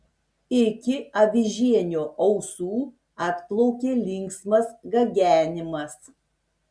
iki avižienio ausų atplaukė linksmas gagenimas